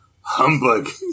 humbug